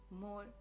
more